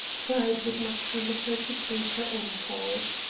pride would not permit her to plead her own cause.